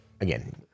again